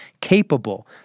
capable